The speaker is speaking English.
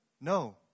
No